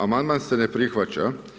Amandman se ne prihvaća.